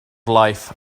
life